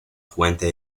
fuente